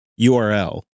URL